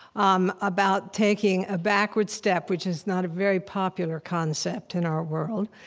um about taking a backward step, which is not a very popular concept in our world,